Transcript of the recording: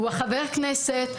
הוא החבר כנסת,